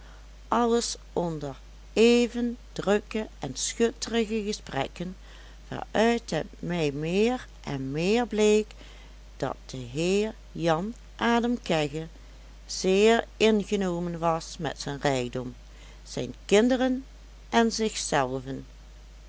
alles onder even drukke en schutterige gesprekken waaruit het mij meer en meer bleek dat de heer jan adam kegge zeer ingenomen was met zijn rijkdom zijn kinderen en zichzelven